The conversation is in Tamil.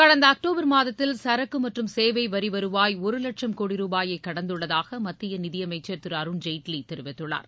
கடந்த அக்டோபர் மாதத்தில் சரக்கு மற்றும் சேவை வரி வருவாய் ஒரு வட்சம் கோடி ரூபாயை கடந்துள்ளதாக மத்திய நிதியமைச்சர் திரு அருண்ஜேட்வி தெரிவித்துள்ளார்